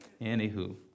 anywho